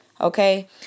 Okay